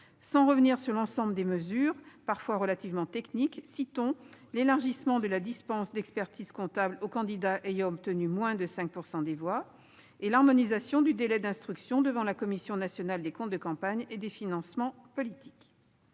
Sans revenir sur l'ensemble des dispositions, parfois relativement techniques, je mentionne l'élargissement de la dispense d'expertise-comptable aux candidats ayant obtenu moins de 5 % des voix et l'harmonisation du délai d'instruction devant la Commission nationale des comptes de campagne et des financements politiques.